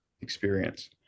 experience